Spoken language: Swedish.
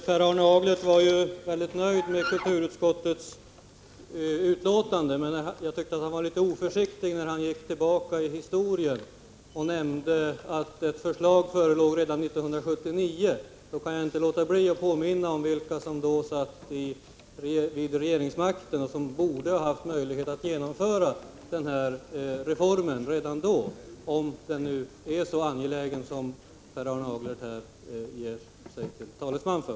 Herr talman! Per Arne Aglert var mycket nöjd med kulturutskottets betänkande, men jag tyckte att han var litet oförsiktig när han gick tillbaka i historien och nämnde att ett förslag beträffande den andliga vården förelåg redan 1979. Jag kan inte låta bli att påminna om vilka som då hade regeringsmakten och som borde ha haft möjlighet att genomföra den reformen redan då, om den nu är så angelägen som Per Arne Aglert här ger uttryck för.